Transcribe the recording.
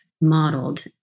modeled